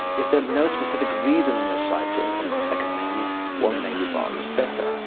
if there's no specific reason on your site to implement a second menu, one menu bar is better.